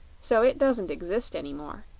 so it doesn't exist any more.